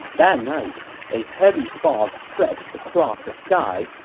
that night, a heavy fog stretched across the sky,